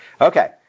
Okay